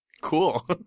Cool